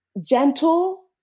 gentle